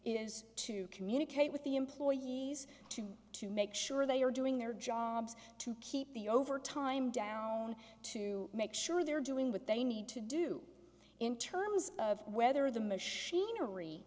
is to communicate with the employees to to make sure they are doing their jobs to keep the overtime down to make sure they're doing what they need to do in terms of whether the machinery